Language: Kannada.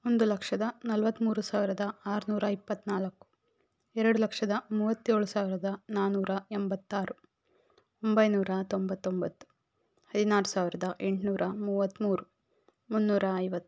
ಒಂದು ಲಕ್ಷದ ನಲವತ್ತ್ಮೂರು ಸಾವಿರದ ಆರುನೂರ ಇಪ್ಪತ್ತ್ನಾಲ್ಕು ಎರಡು ಲಕ್ಷದ ಮೂವತ್ತೇಳು ಸಾವಿರದ ನಾನ್ನೂರ ಎಂಬತ್ತಾರು ಒಂಬೈನೂರ ತೊಂಬತ್ತೊಂಬತ್ತು ಹದಿನಾರು ಸಾವಿರದ ಎಂಟುನೂರ ಮೂವತ್ತ್ಮೂರು ಮುನ್ನೂರ ಐವತ್ತು